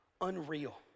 unreal